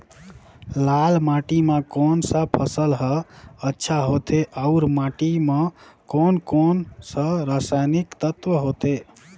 लाल माटी मां कोन सा फसल ह अच्छा होथे अउर माटी म कोन कोन स हानिकारक तत्व होथे?